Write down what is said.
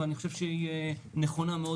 ואני חושב שהיא נכונה מאוד,